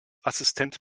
assistent